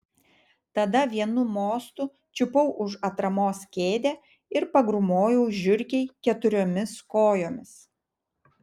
tada vienu mostu čiupau už atramos kėdę ir pagrūmojau žiurkei keturiomis kojomis